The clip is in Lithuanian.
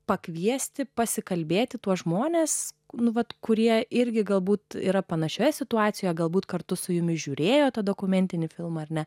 pakviesti pasikalbėti tuos žmones nuolat kurie irgi galbūt yra panašioje situacijoje galbūt kartu su jumis žiūrėjo dokumentinį filmą ar ne